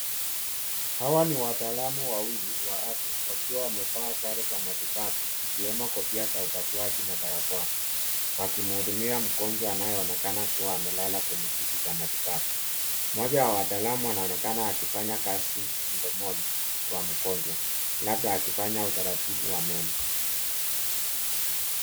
Hawa ni wataalamu wawili wa afya wakiwa wamevaa sare za matibabu ikiwemo kofia za upasuaji na barakoa, wakimhudumia mgonjwa anayeonekana kuwa amelala kwenye kiti cha matibabu. mmoja wa watalamu anaonekana akifanya kazi mdomoni kwa mgonjwa labda akifanya utaratibu wa meno.